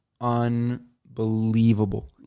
unbelievable